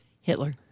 hitler